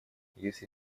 если